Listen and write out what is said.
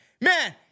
Man